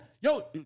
yo